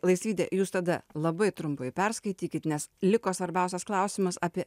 laisvyde jūs tada labai trumpai perskaitykit nes liko svarbiausias klausimas apie